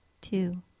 Two